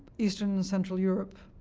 eastern and central europe